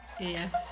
Yes